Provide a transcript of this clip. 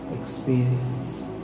experience